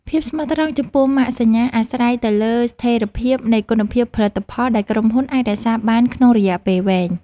ភាពស្មោះត្រង់ចំពោះម៉ាកសញ្ញាអាស្រ័យទៅលើស្ថិរភាពនៃគុណភាពផលិតផលដែលក្រុមហ៊ុនអាចរក្សាបានក្នុងរយៈពេលវែង។